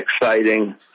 exciting